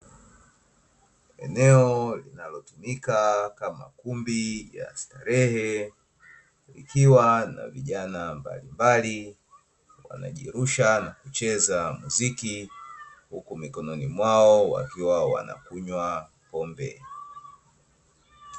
Eneo linalotumika kama kumbi ya starehe ikiwa na vijana mbalimbali wanajirusha na kucheza muziki huku mikononi mwao wakiwa wanakunywa pombe.